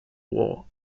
war